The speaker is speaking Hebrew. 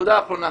הנקודה האחרונה,